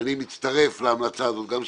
אני מצטרף להמלצה הזו של סמוטריץ,